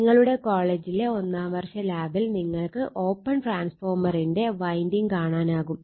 നിങ്ങളുടെ കോളേജിലെ ഒന്നാം വർഷ ലാബിൽ നിങ്ങൾക്ക് ഓപ്പൺ ട്രാൻസ്ഫോർമറിന്റെ വൈൻഡിങ് കാണാനാവും